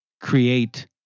create